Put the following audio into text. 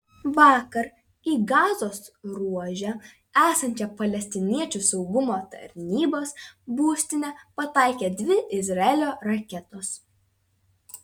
vakar į gazos ruože esančią palestiniečių saugumo tarnybos būstinę pataikė dvi izraelio raketos